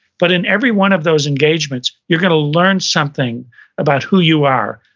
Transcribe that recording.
but in every one of those engagements you're gonna learn something about who you are,